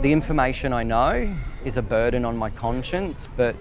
the information i know is a burden on my conscience. but